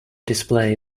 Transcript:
display